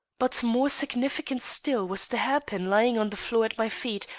but more significant still was the hairpin lying on the floor at my feet,